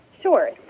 sure